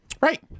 right